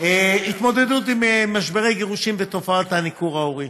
התמודדות עם משברי גירושין ותופעת הניכור ההורי,